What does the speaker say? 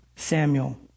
Samuel